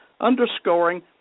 Underscoring